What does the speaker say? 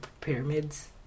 pyramids